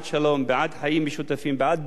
בעד דו-קיום קונסטרוקטיבי,